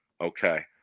Okay